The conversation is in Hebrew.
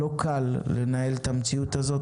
לא קל לנהל את המציאות הזאת.